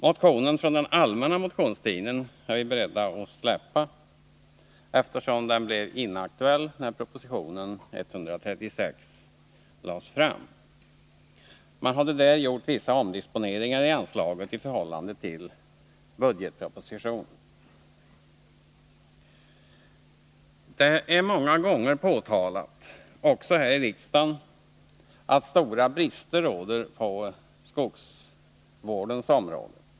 Motionen från den allmänna motionstiden är vi beredda att släppa eftersom den blev inaktuell när proposition 136 lades fram. Man hade där gjort vissa omdisponeringar i anslagen i förhållande till budgetpropositionen. Det är många gånger påtalat, också här i riksdagen, att stora brister råder på skogsvårdens område.